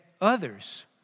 others